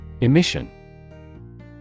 Emission